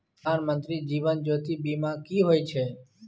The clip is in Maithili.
प्रधानमंत्री जीवन ज्योती बीमा की होय छै?